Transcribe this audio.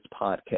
podcast